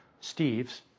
Steve's